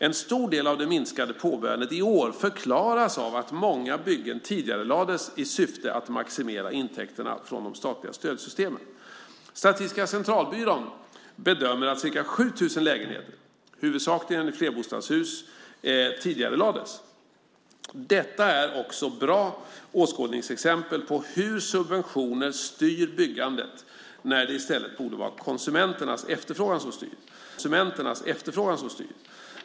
En stor del av det minskade påbörjandet i år förklaras av att många byggen tidigarelades i syfte att maximera intäkterna från de statliga stödsystemen. Statistiska centralbyrån bedömer att ca 7 000 lägenheter, huvudsakligen i flerbostadshus, tidigarelades. Detta är också bra åskådningsexempel på hur subventioner styr byggandet, när det i stället borde vara konsumenternas efterfrågan som styr.